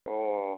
ও